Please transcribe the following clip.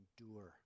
endure